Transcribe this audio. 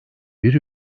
bir